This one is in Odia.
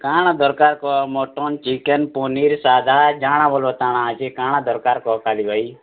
କା'ଣା ଦରକାର୍ କହ ମଟନ୍ ଚିକେନ୍ ପନିର୍ ସାଧା ଯା'ଣା ବଲ୍ବ ତା'ଣା ଅଛେ କା'ଣା ଦରକାର୍ କହ ଖାଲି ଭାଇ